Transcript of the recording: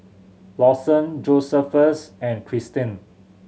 Lawson Josephus and Christen